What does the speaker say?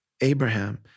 Abraham